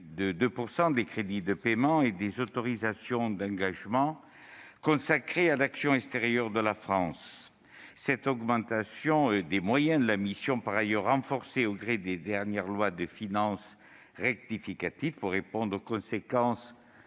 de 2 % des crédits de paiement et des autorisations d'engagement qui sont consacrés à l'action extérieure de la France. J'ose espérer que cette augmentation des moyens de la mission, par ailleurs renforcés au gré des dernières lois de finances rectificatives pour répondre aux conséquences